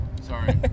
Sorry